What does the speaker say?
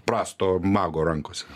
prasto mago rankose